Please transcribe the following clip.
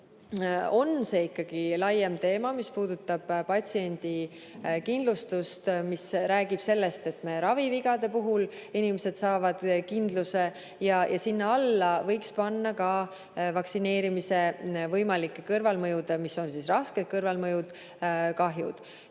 on see ikkagi laiem teema, mis puudutab patsiendikindlustust, ja räägib sellest, et ravivigade puhul inimesed saavad kindluse, ja sinna alla võiks panna ka vaktsineerimise võimalike kõrvalmõjude, raskete kõrvalmõjude kahjud.